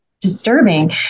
Disturbing